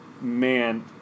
man